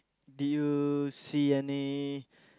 did you see any